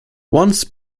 once